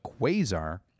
quasar